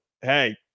hey